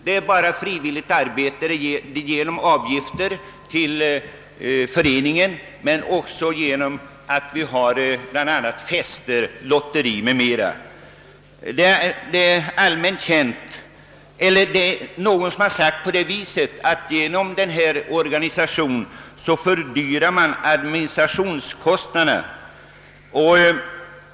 Verksamheten finansieras genom avgifter till förbundet men också genom att vi anordnar fester, lotterier m.m. Någon har sagt att administrationskostnaderna ökas genom denna organisation.